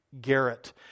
Garrett